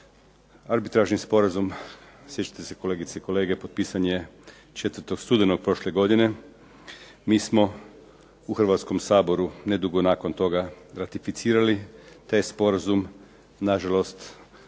Arbitražni sporazum sjećate se kolegice i kolege, potpisan je 4. studenog prošle godine. Mi smo u Hrvatskom saboru nedugo nakon toga ratificirali taj sporazum. Nažalost,